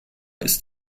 ist